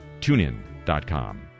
tunein.com